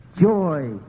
joy